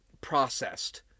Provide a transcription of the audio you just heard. processed